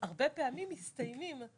הרבה פעמים מסתיימים,